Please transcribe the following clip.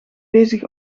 bezig